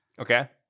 Okay